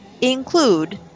include